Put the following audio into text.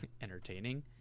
entertaining